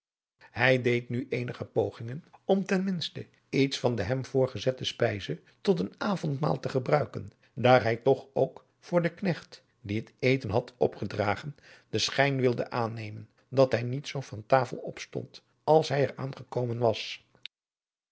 hij deed nu eenige pogingen om ten minste iets van de hem voorgezette spijze tot een avondmaaltijd te gebruiken daar hij toch ook voor den knecht die het eten had opgedragen den schijn wilde aannemen dat hij niet zoo van tasel opstond als hij er aan gekomen was